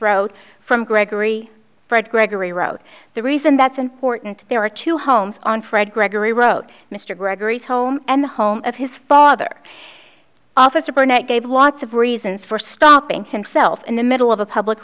road from gregory fred gregory road the reason that's important there are two homes on fred gregory road mr gregory's home and the home of his father officer burnett gave lots of reasons for stopping himself in the middle of a public